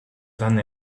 than